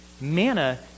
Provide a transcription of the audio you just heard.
Manna